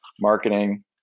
marketing